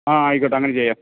ആ ആയിക്കോട്ടെ അങ്ങനെ ചെയ്യാം